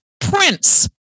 Prince